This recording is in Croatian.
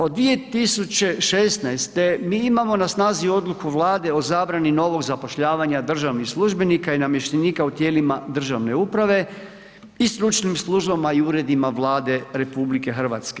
Od 2016. mi imamo na snazi Odluku Vlade o zabrani novog zapošljavanja državnih službenika i namještenika u tijelima državne uprave i stručnim službama i uredima Vlade RH.